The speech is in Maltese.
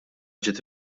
ġiet